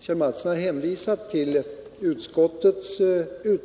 Kjell Mattsson hänvisade på denna punkt till utskottsbetänkandet, men i